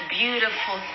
beautiful